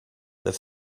their